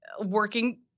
working